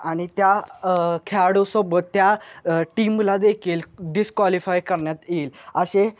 आणि त्या खेळाडूसोबत त्या टीमला देखील डिस्क्वॉलिफाय करण्यात येईल असे